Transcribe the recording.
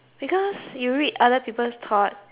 you read other people's thought yes you